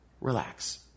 relax